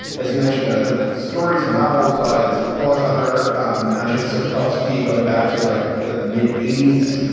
as you mentioned, ah stories and novels by this polish author um and arrests of calfskin going back to like the mid eighties.